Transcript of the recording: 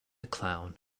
clown